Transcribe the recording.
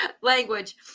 language